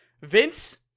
Vince